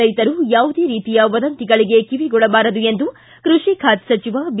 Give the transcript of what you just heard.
ರೈತರು ಯಾವುದೇ ರೀತಿಯ ವಂದತಿಗಳಿಗೆ ಕಿವಿಗೊಡಬಾರದು ಎಂದು ಕೃಷಿ ಖಾತೆ ಸಚಿವ ಬಿ